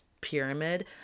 pyramid